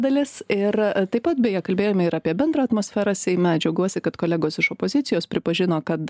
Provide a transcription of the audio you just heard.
dalis ir taip pat beje kalbėjome ir apie bendrą atmosferą seime džiaugiuosi kad kolegos iš opozicijos pripažino kad